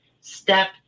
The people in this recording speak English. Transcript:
step